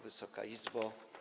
Wysoka Izbo!